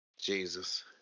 Jesus